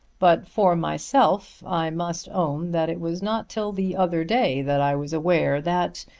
but, for myself, i must own that it was not till the other day that i was aware that,